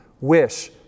wish